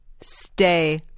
Stay